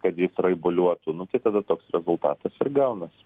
kad jis raibuliuotų nu tada toks rezultatas ir gaunasi